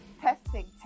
Testing